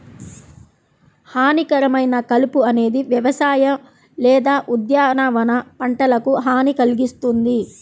హానికరమైన కలుపు అనేది వ్యవసాయ లేదా ఉద్యానవన పంటలకు హాని కల్గిస్తుంది